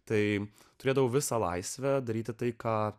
tai turėdavau visą laisvę daryti tai ką